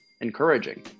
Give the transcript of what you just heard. encouraging